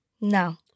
no